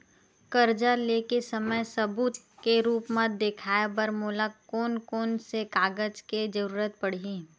कर्जा ले के समय सबूत के रूप मा देखाय बर मोला कोन कोन से कागज के जरुरत पड़ही?